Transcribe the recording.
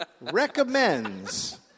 Recommends